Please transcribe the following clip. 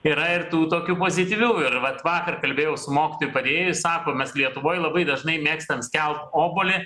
yra ir tų tokių pozityvių ir vat vakar kalbėjau su mokytoju padėjėju sako mes lietuvoj labai dažnai mėgstam skelt obuolį